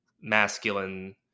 masculine